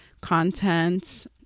content